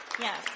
Yes